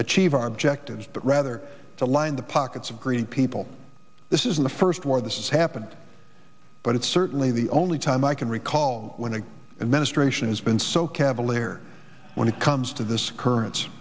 achieve our objectives but rather to line the pockets of greek people this isn't the first war that has happened but it's certainly the only time i can recall when i and ministration has been so cavalier when it comes to this occurrence